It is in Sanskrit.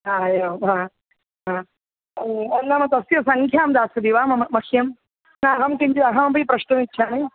एवं नाम तस्य सङ्ख्यां दास्यति वा मम मह्यं न अहं किञ्चित् अहमपि प्रष्टुमिच्छामि